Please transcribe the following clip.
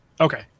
Okay